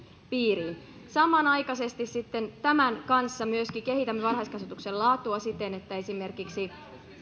piiriin samanaikaisesti tämän kanssa myöskin kehitämme varhaiskasvatuksen laatua siten että esimerkiksi